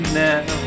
now